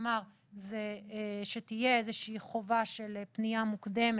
אמר היא שתהיה איזושהי חובה של פנייה מוקדמת.